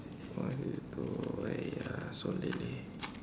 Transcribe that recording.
one fifty two !aiya! so late leh